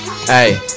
Hey